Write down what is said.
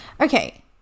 Okay